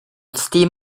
steam